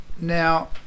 now